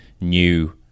new